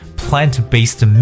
plant-based